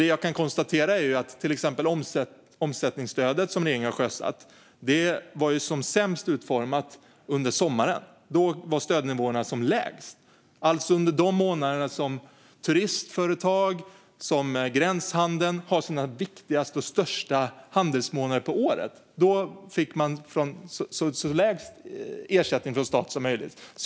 Det jag kan konstatera är att till exempel det omsättningsstöd som regeringen har sjösatt var som sämst utformat under sommaren. Då var stödnivåerna som lägst. Det är alltså under de månader som turistföretagen och gränshandeln har sin viktigaste och största tid under året. Då fick man så låg ersättning från staten som möjligt.